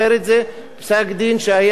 פסק-דין של בג"ץ,